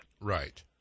Right